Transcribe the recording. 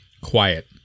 quiet